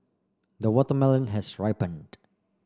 the watermelon has ripened